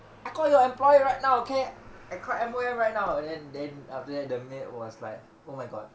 I call your employer right now okay I call employer right now then then after that the maid was like oh my god